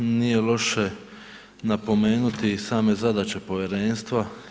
Nije loše napomenuti i same zadaće povjerenstva.